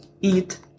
eat